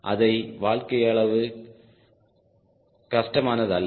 அதை வாழ்க்கை அவ்வளவு கஷ்டமானது அல்ல